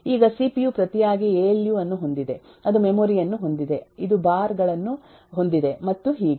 ಈಗ ಸಿಪಿಯು ಪ್ರತಿಯಾಗಿ ALU ಅನ್ನು ಹೊಂದಿದೆ ಅದು ಮೆಮೊರಿ ಯನ್ನು ಹೊಂದಿದೆ ಇದು ಬಾರ್ ಗಳನ್ನು ಹೊಂದಿದೆ ಮತ್ತು ಹೀಗೆ